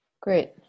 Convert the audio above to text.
great